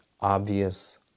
obvious